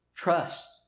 trust